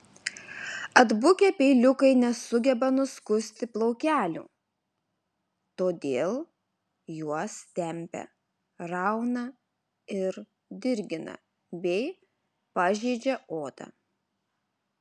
atbukę peiliukai nesugeba nuskusti plaukelių todėl juos tempia rauna ir dirgina bei pažeidžia odą